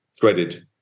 threaded